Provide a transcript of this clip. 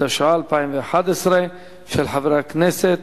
התשע"א 2011, של חברי הכנסת